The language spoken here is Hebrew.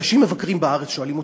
אנשים שמבקרים בארץ שואלים אותי: